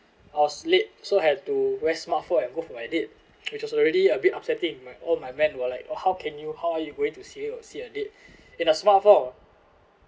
I want late so have to wear smart four and go for a date which was already a bit upsetting my all my friends were like how can you how are you going to say or see a date in a smart four